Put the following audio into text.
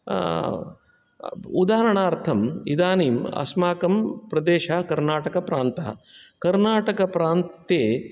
उदाहरणार्थम् इदानीम् अस्माकं प्रदेशः कर्नाटकप्रान्तः कनार्टकप्रान्ते